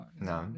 no